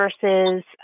versus